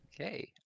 Okay